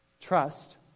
trust